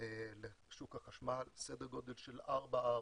לשוק החשמל, סדר גודל של 4.5-4